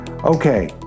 Okay